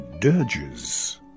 dirges